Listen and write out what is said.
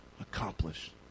accomplished